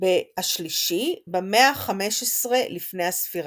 השלישי במאה ה-15 לפנה"ס.